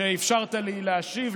שאפשרת לי להשיב,